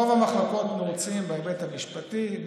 רוב המחלוקות נעוצות בהיבט המשפטי,